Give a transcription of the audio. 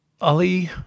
Ali